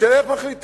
של איך מחליטים.